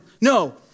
No